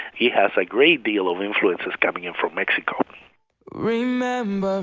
he has a great deal of influences coming in from mexico remember